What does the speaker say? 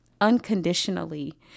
unconditionally